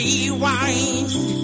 Rewind